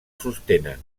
sostenen